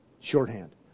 Shorthand